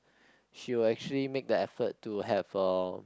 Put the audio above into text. she will actually make the effort to have a